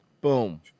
Boom